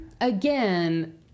again